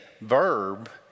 verb